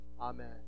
amen